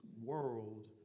world